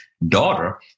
daughter